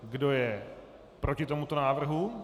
Kdo je proti tomuto návrhu?